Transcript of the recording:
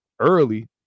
early